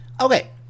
Okay